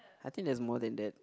I think there's more than that